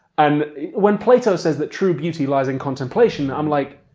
and when plato says that true beauty lies in contemplation i'm like,